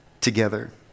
together